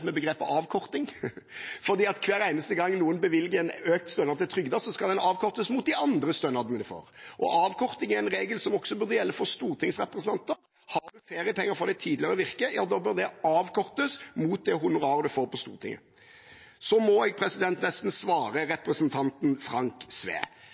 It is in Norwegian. med begrepet «avkorting» – for hver eneste gang noen bevilger en økt stønad til trygdede, så skal den avkortes mot de andre stønadene de får. Avkorting er en regel som også burde gjelde for stortingsrepresentanter. Har en feriepenger fra sitt tidligere virke, da bør det avkortes mot det honoraret en får på Stortinget. Så må jeg nesten svare